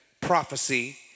prophecy